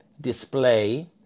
display